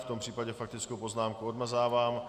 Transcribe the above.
V tom případě faktickou poznámku odmazávám.